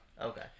Okay